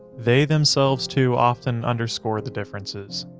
they themselves too often underscore the differences.